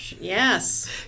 Yes